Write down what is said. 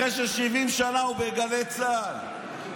אחרי ש-70 שנה הוא בגלי צה"ל.